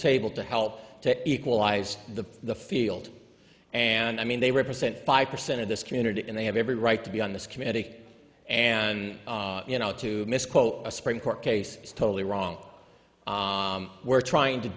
table to help to equalize the the field and i mean they represent five percent of this community and they have every right to be on this committee and you know to misquote a supreme court case is totally wrong we're trying to